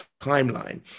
timeline